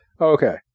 Okay